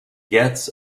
gets